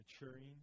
Maturing